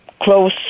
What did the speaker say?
close